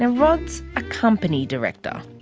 and rod's a company director.